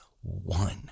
one